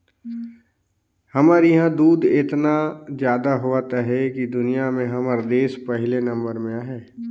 हमर इहां दूद एतना जादा होवत अहे कि दुनिया में हमर देस पहिले नंबर में अहे